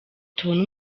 tubone